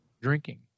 drinking